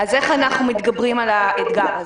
איך אנחנו מתגברים על האתגר הזה?